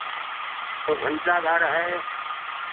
तो घंटाघर है